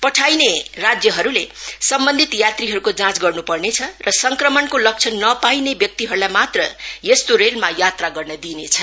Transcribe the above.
पठाइने राज्यहरूले सम् न्धित यात्रीहरूको जांच गर्न् पर्नेछ र संक्रमणको लक्षण नपाइने व्यक्तिहरूलाई मात्र यस्तो रेलमा यात्रा गर्न दिइनेछ